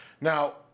Now